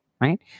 Right